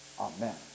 Amen